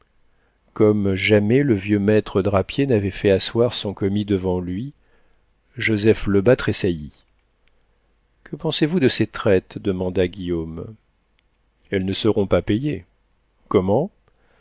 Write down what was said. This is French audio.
comme jamais le vieux maître drapier n'avait fait asseoir son commis devant lui joseph lebas tressaillit que pensez-vous de ces traites demanda guillaume elles ne seront pas payées comment